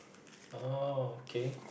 oh okay